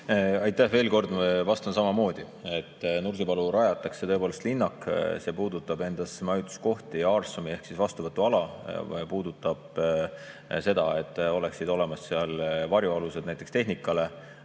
Aitäh! Veel kord vastan samamoodi, et Nursipallu rajatakse tõepoolest linnak, mis [sisaldab] endas majutuskohti ja RSOM‑i ehk vastuvõtuala. See puudutab seda, et oleksid olemas seal varjualused näiteks tehnikale